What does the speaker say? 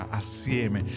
assieme